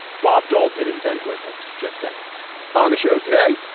bob dole did invent whippets, just saying on the show today,